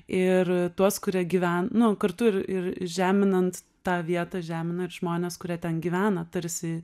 ir tuos kurie gyve nu kartu ir ir žeminant tą vietą žemina ir žmones kurie ten gyvena tarsi